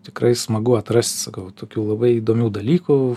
tikrai smagu atrast sakau tokių labai įdomių dalykų